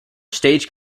stage